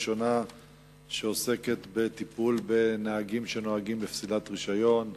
שעוסקת בטיפול בנהגים שנוהגים בפסילת רשיון.